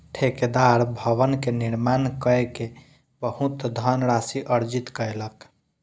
ठेकेदार भवन के निर्माण कय के बहुत धनराशि अर्जित कयलक